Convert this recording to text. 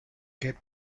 que